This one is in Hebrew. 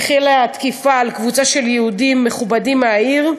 החלה תקיפה של קבוצה של יהודים מכובדים מהעיר.